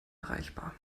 erreichbar